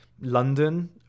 London